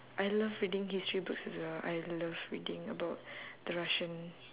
I love reading history books as well I love reading about the russian